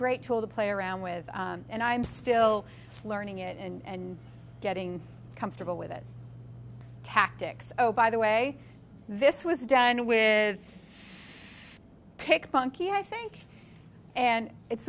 great tool to play around with and i'm still learning it and getting comfortable with it tactics oh by the way this was done with pic bunky i think and it's